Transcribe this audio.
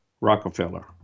Rockefeller